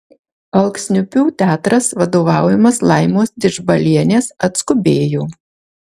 alksniupių teatras vadovaujamas laimos didžbalienės atskubėjo